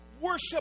worship